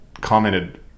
commented